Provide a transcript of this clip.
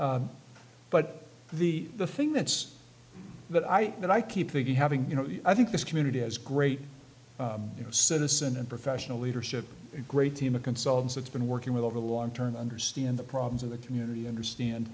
croaked but the the thing that's that i that i keep thinking having you know i think this community has great you know citizen and professional leadership a great team of consultants that's been working with over the long term understand the problems of the community understand